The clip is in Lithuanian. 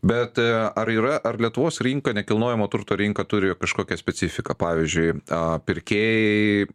bet ar yra ar lietuvos rinka nekilnojamo turto rinka turi kažkokią specifiką pavyzdžiui a pirkėjai